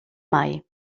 mai